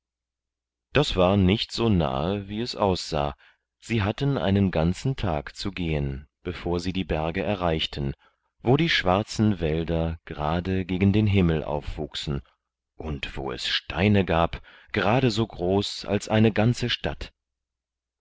das war nicht so nahe wie es aussah sie hatten einen ganzen tag zu gehen bevor sie die berge erreichten wo die schwarzen wälder gerade gegen den himmel aufwuchsen und wo es steine gab gerade so groß als eine ganze stadt